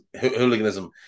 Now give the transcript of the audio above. hooliganism